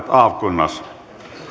avkunnas